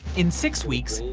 in six weeks,